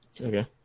Okay